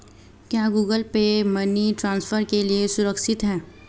क्या Google Pay money transfer के लिए सुरक्षित है?